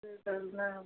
टहलना है हमको भी